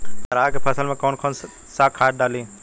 अरहा के फसल में कौन कौनसा खाद डाली?